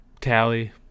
tally